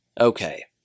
Okay